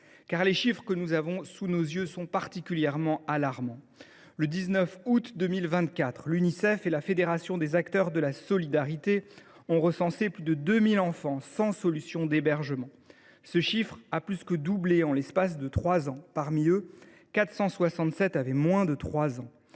Car les chiffres que nous avons sous les yeux sont alarmants. Le 19 août 2024, l’Unicef et la Fédération des acteurs de la solidarité (FAS) ont recensé plus de 2 000 enfants sans solution d’hébergement. Ce chiffre a plus que doublé en trois ans. Parmi eux, 467 enfants avaient moins de 3 ans.